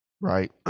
right